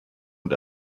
und